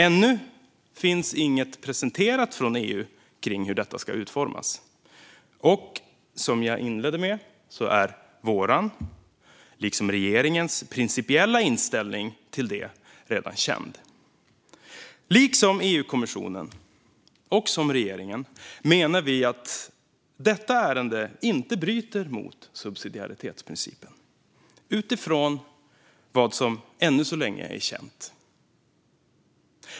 Ännu finns inget presenterat från EU om hur detta ska utformas, och som jag inledde med är vår liksom regeringens principiella inställning redan känd. Liksom EU-kommissionen och regeringen menar vi att detta ärende inte bryter mot subsidiaritetsprincipen, utifrån vad som ännu så länge är känt.